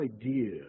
idea